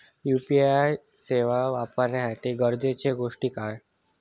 UPI सेवा वापराच्यासाठी गरजेचे गोष्टी काय?